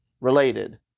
related